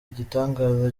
igitangaza